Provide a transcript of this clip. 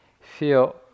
feel